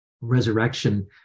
resurrection